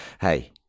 Hey